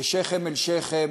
ושכם אל שכם